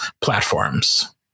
platforms